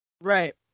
Right